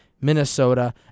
Minnesota